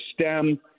stem –